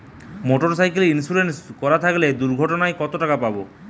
Motorcycle insurance করা থাকলে দুঃঘটনায় কতটাকা পাব?